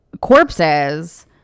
corpses